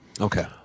Okay